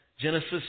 Genesis